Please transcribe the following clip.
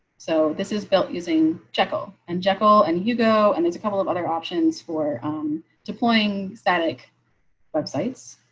so this is built using jekyll and jekyll and you go, and it's a couple of other options for um deploying static websites.